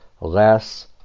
less